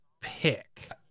pick